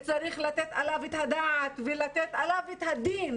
צריך לתת עליו את הדעת ולתת עליו את הדין,